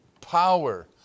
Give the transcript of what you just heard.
power